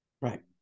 Right